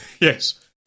Yes